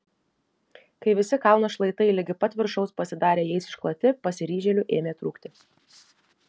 kai visi kalno šlaitai ligi pat viršaus pasidarė jais iškloti pasiryžėlių ėmė trūkti